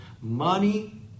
money